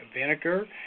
vinegar